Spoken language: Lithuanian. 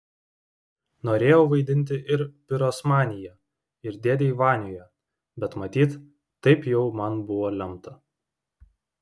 norėjau vaidinti ir pirosmanyje ir dėdėj vanioje bet matyt taip jau man buvo lemta